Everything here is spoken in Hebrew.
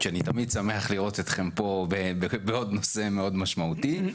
שאני תמיד שמח לראות אתכם פה בעוד נושא מאוד משמעותי,